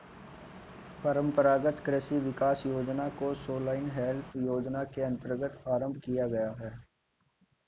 परंपरागत कृषि विकास योजना को सॉइल हेल्थ योजना के अंतर्गत आरंभ किया गया है